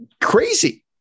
crazy